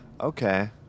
Okay